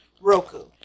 Roku